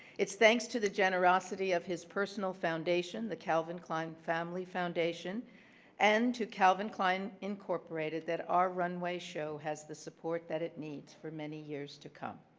it's thanks to the generosity of his personal foundation the calvin klein family foundation and to calvin klein incorporated that our runway show has the support it needs for many years to come.